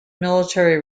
military